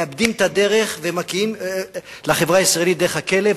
מאבדים את הדרך ומגיעים לחברה הישראלית דרך הכלא.